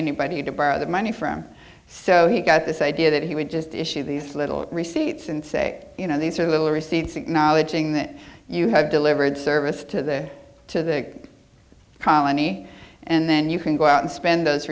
anybody to borrow the money from so he got this idea that he would just issue these little receipts and say you know these are little receipts acknowledging that you have delivered service to the to the colony and then you can go out and spend those